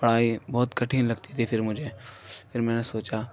پڑھائی بہت کٹھن لگتی تھی پھر مجھے پھر میں نے سوچا